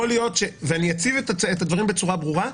אני אציג את הדברים בצורה ברורה,